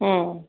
ಹ್ಞೂ